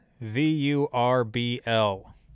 V-U-R-B-L